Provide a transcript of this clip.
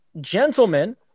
gentlemen